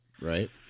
right